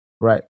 right